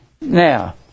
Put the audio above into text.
Now